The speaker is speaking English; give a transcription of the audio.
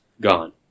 gone